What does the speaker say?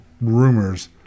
rumors